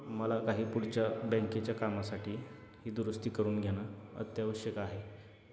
मला काही पुढच्या बँकेच्या कामासाठी ही दुरुस्ती करून घेणं अत्यावश्यक आहे